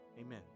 amen